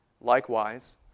Likewise